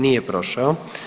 Nije prošao.